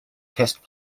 test